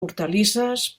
hortalisses